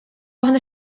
aħna